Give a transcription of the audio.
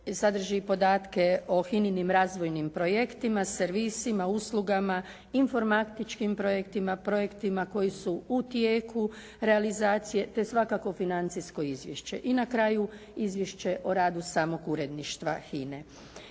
sadrži podatke o HINA-inim razvojnim projektima, servisima, uslugama, informatičkim projektima, projektima koji su u tijeku realizacije te svakako financijsko izvješće, i na kraju izvješće o radu samog uredništva HINA-e.